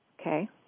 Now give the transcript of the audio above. Okay